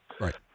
Right